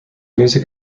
music